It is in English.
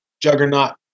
Juggernaut